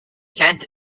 kent